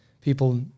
people